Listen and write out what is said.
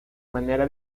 manera